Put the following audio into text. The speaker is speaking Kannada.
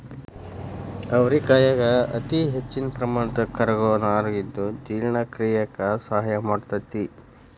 ಅವರಿಕಾಯನ್ಯಾಗ ಅತಿಹೆಚ್ಚಿನ ಪ್ರಮಾಣದ ಕರಗುವ ನಾರು ಇದ್ದು ಜೇರ್ಣಕ್ರಿಯೆಕ ಸಹಾಯ ಮಾಡ್ತೆತಿ